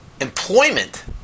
employment